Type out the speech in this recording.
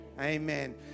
Amen